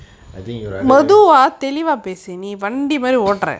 I think you are the